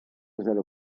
zero